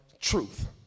truth